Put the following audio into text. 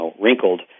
wrinkled